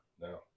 No